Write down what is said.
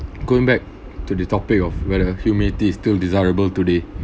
going back to the topic of weather humidity is still desirable today